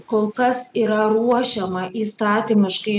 kol kas yra ruošiama įstatymiškai